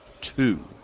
two